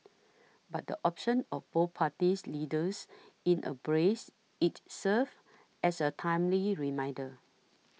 but the option of both party leaders in a brace each serves as a timely reminder